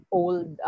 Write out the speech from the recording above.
old